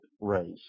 raise